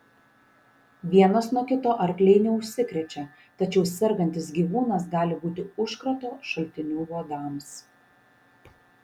vienas nuo kito arkliai neužsikrečia tačiau sergantis gyvūnas gali būti užkrato šaltiniu uodams